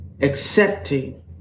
accepting